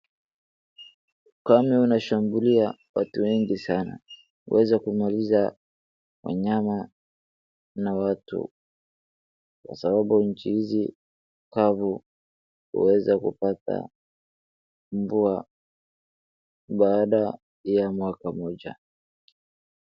Ukame unashambulia watu wengi sana, huweza kumaliza wanyama na watu na sababu nchi hizi kavu huweza kupata mvua baada ya mwaka moja.